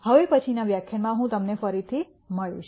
હવે પછીનાં વ્યાખ્યાનમાં હું તમને ફરી મળીશ